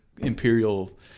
imperial